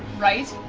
right?